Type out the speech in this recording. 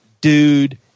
dude